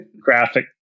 graphic